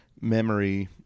memory